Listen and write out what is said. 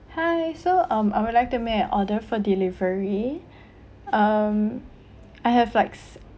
hi so um I will like to make an order for delivery um I have like